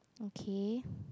okay